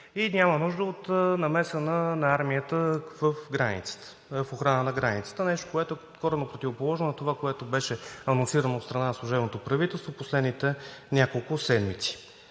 и няма нужда от намеса на армията в охрана на границата. Нещо, което е коренно противоположно на това, което беше анонсирано от страна на служебното правителство в последните няколко седмици.